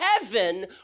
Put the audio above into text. heaven